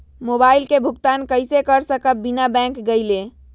Mobile के भुगतान कईसे कर सकब बिना बैंक गईले?